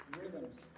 rhythms